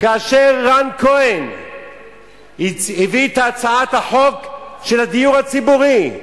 כאשר רן כהן הביא את הצעת החוק של הדיור הציבורי,